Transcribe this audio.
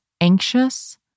anxious